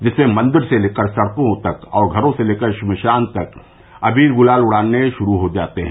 जिसमें मंदिर से लेकर सड़कों तक और घरों से लेकर अब श्मशान तक अबीर ग्लाल उड़ने शरू हो गये हैं